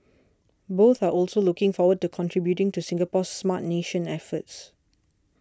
both are also looking forward to contributing to Singapore's Smart Nation efforts